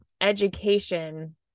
education